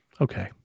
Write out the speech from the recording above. Okay